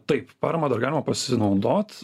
taip parama galima pasinaudot